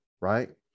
right